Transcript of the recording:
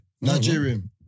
Nigerian